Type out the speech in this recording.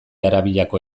arabiako